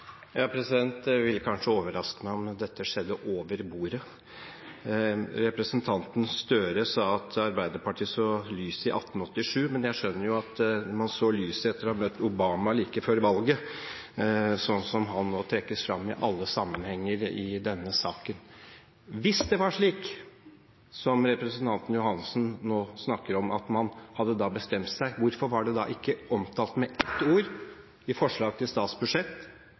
kanskje overraske meg om dette skjedde over bordet. Representanten Gahr Støre sa at Arbeiderpartiet så lyset i 1887, men jeg skjønner at man så lyset etter å ha møtt Obama like før valget, sånn som han nå trekkes fram i alle sammenhenger i denne saken. Hvis det var slik som representanten Johansen nå snakker om – at man hadde bestemt seg – hvorfor var det da ikke omtalt med ett ord i forslaget til statsbudsjett?